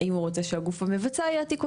האם הוא רוצה שהגוף המבצע יעתיק אותה.